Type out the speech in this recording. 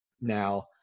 now